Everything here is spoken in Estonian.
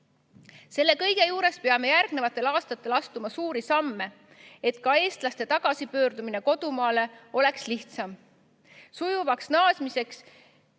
kõige juures peame järgnevatel aastatel astuma suuri samme, et ka eestlaste tagasipöördumine kodumaale oleks lihtsam. Sujuvaks naasmiseks